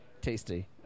tasty